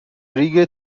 لیگ